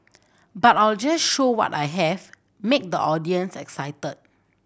but I'll just show what I have make the audience excited